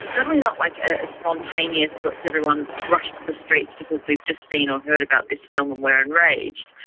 certainly not like a spontaneous, let's everyone rush to the streets because we've just seen or heard about this film and we're enraged.